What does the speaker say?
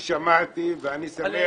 אני רוצה לחזור ולחזק את מה ששמעתי, ואני שמח